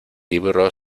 libro